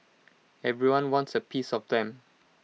everyone wants A piece of them